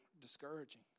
discouraging